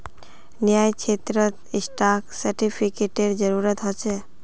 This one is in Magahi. न्यायक्षेत्रत स्टाक सेर्टिफ़िकेटेर जरूरत ह छे